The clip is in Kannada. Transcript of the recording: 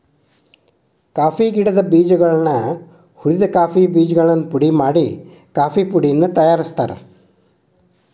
ಕಾಫಿ ಗಿಡದ ಬೇಜಗಳನ್ನ ಹುರಿದ ಕಾಫಿ ಬೇಜಗಳನ್ನು ಪುಡಿ ಮಾಡಿ ಕಾಫೇಪುಡಿಯನ್ನು ತಯಾರ್ಸಾತಾರ